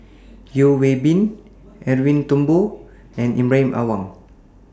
Yeo Hwee Bin Edwin Thumboo and Ibrahim Awang